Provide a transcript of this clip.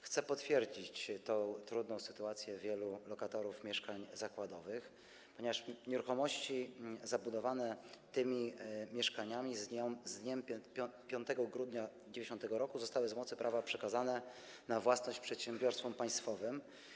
Chcę potwierdzić tę trudną sytuację wielu lokatorów mieszkań zakładowych, ponieważ nieruchomości zabudowane tymi mieszkaniami z dniem 5 grudnia 1990 r. zostały z mocy prawa przekazane na własność przedsiębiorstwom państwowym.